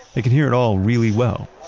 they can hear it all really well.